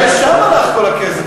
לשם הלך כל הכסף.